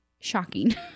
shocking